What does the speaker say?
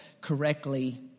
correctly